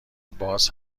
باز